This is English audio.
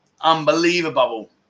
unbelievable